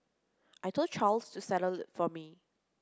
I told Charles to settle it for me